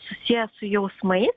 susiję su jausmai